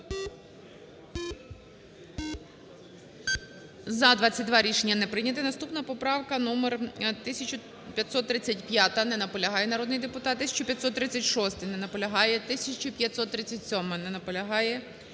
За-22 Рішення не прийняте. Наступна поправка номер 1535. Не наполягає народний депутат. 1536-а. Не наполягає. 1537-а. Не наполягає.